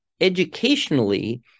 educationally